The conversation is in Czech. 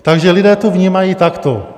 Takže lidé to vnímají takto.